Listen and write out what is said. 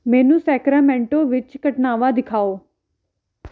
ਮੈਨੂੰ ਸੈਕਰਾਮੈਂਟੋ ਵਿੱਚ ਘਟਨਾਵਾਂ ਦਿਖਾਉ